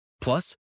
Plus